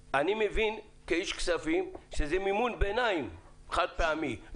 כאיש כספים אני מבין שזה מימון ביניים חד-פעמי,